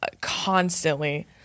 constantly